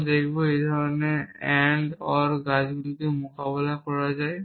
আমরা দেখব কিভাবে এই ধরনের AND OR গাছগুলিকে মোকাবেলা করা হয়